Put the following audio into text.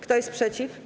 Kto jest przeciw?